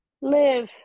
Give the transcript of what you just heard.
live